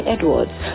Edwards